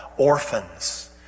Orphans